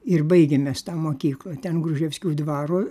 ir baigėm mes tą mokyklą ten gruževskių dvaro